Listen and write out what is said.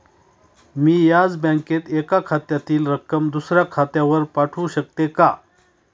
मी याच बँकेत एका खात्यातील रक्कम दुसऱ्या खात्यावर पाठवू शकते का?